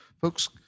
folks